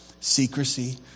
Secrecy